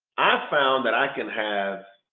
ah found that i can have,